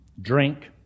drink